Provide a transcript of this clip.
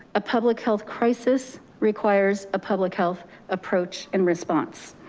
a public health crisis requires a public health approach and response.